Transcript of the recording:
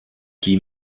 die